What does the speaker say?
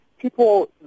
People